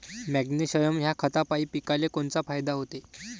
Magnesium ह्या खतापायी पिकाले कोनचा फायदा होते?